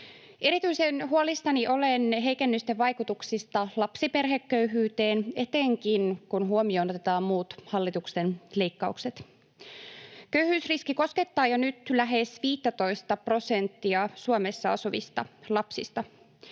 Erityisen huolissani olen heikennysten vaikutuksista lapsiperheköyhyyteen, etenkin kun huomioon otetaan muut hallituksen leikkaukset. Köyhyysriski koskettaa jo nyt lähes 15:tä prosenttia Suomessa asuvista lapsista.